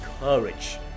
courage